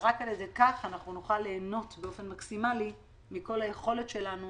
רק כך נוכל ליהנות באופן מקסימאלי מהיכולת שלנו